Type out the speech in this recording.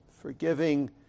forgiving